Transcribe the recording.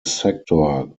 sector